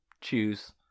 choose